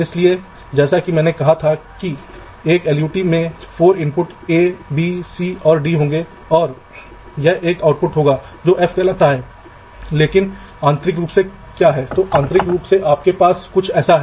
इसलिए एक बार जब मैंने वीडीडी नेट कनेक्ट किया है तो कुछ लाइनें पहले से ही रखी गई हैं और वे अवरुद्ध हैं दूसरी तरफ से अब ग्राउंड नेट आता है